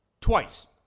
Twice